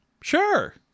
sure